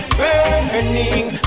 burning